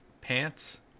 pants